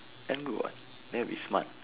then good what then it will be smart